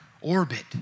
orbit